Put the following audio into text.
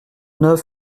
neuf